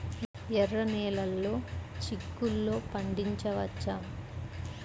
ఎర్ర నెలలో చిక్కుల్లో పండించవచ్చా?